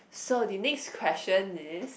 so the next question is